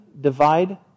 divide